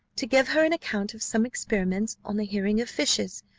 to give her an account of some experiments, on the hearing of fishes,